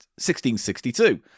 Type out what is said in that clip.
1662